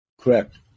Correct